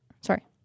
Sorry